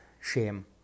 shame